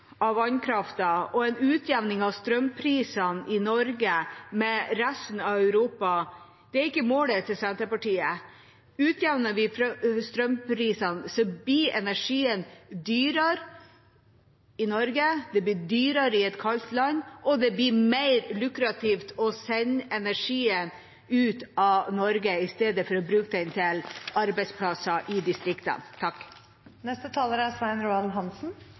grønn energi og en grønn industri. Fri flyt av vannkraften og utjevning av strømprisene i Norge med resten av Europa er ikke Senterpartiets mål. Utjevner vi strømprisene, blir energien dyrere i Norge. Det blir dyrere i et kaldt land, og det blir mer lukrativt å sende energien ut av Norge – i stedet for å bruke den til arbeidsplasser i distriktene. Denne saken handler ikke om bever og elvemusling, som Senterpartiet er